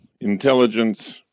intelligence